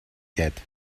get